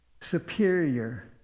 superior